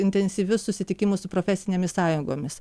intensyvius susitikimus su profesinėmis sąjungomis